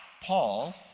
Paul